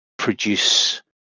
produce